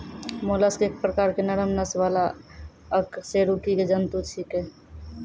mollusc एक प्रकार के नरम नस वाला अकशेरुकी जंतु छेकै